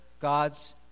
God's